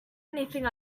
anything